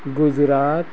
Gujarat